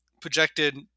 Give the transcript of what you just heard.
projected